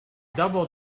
doubled